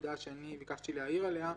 נקודה שאני ביקשתי להעיר עליה,